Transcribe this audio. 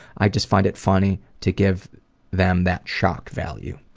i just find it funny to give them that shock value.